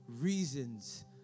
reasons